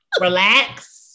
relax